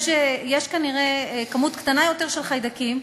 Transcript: יש כנראה כמות קטנה יותר של חיידקים,